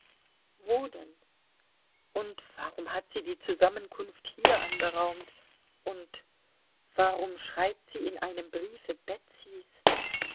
wo denn und warum hat sie die zusammenkunft hier anberaumt und warum schreibt sie in einem briefe